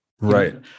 Right